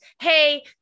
Hey